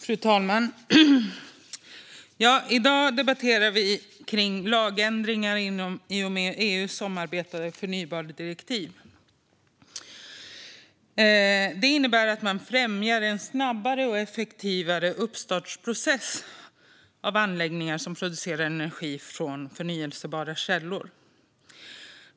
Fru talman! I dag debatterar vi lagändringar i och med EU:s omarbetade förnybartdirektiv. Det innebär att man främjar en snabbare och effektivare uppstartsprocess när det gäller anläggningar som producerar energi från förnybara källor.